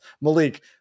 Malik